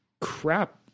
crap